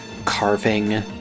carving